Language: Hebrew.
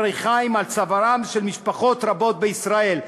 ריחיים על צווארן של משפחות רבות בישראל.